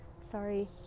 sorry